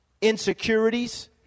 Insecurities